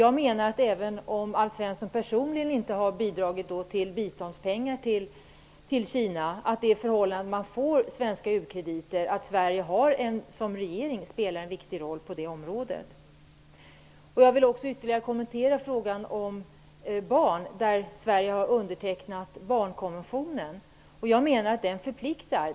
Jag menar att även om Alf Svensson personligen inte varit inblandad i att ge biståndspengar till Kina, att det förhållandet att landet får svenska u-krediter gör att Sveriges regering spelar en viktig roll på det området. Jag vill också ytterligare kommentera frågan om barn. Sverige har undertecknat barnkonventionen. Jag menar att konventionen förpliktar.